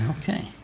Okay